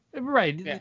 Right